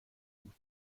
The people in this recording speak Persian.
بود